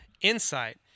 Insight